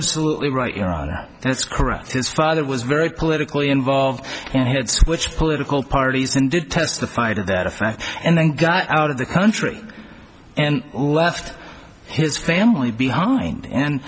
absolutely right your honor that's correct his father was very politically involved and he had switch political parties and did testify to that effect and then got out of the country and left his family behind and